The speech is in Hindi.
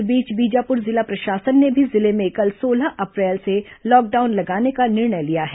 इस बीच बीजापुर जिला प्रशासन ने भी जिले में कल सोलह अप्रैल से लॉकडाउन लगाने का निर्णय लिया है